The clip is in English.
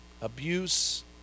Abuse